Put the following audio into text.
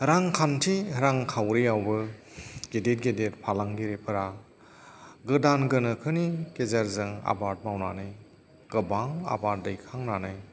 रांखान्थि रांखावरियावबो गिदिर गिदिर फालांगिरिफोरा गोदान गोनोखोनि गेजेरजों आबाद मावनानै गोबां आबाद दैखांनानै